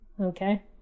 Okay